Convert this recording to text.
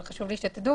אבל חשוב לי שתדעו